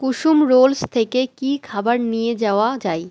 কুসুম রোলস থেকে কী খাবার নিয়ে যাওয়া যায়